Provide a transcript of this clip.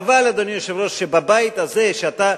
חבל, אדוני היושב-ראש, שבבית הזה, שאתה